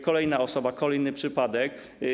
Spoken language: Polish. Kolejna osoba, kolejny przypadek.